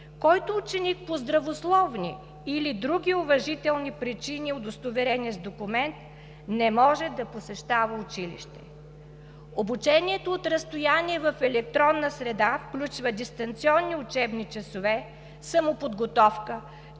който ученик по здравословни или други уважителни причини, удостоверени с документ, не може да посещава училище. Обучението от разстояние в електронна среда включва: дистанционни учебни часове, самоподготовка,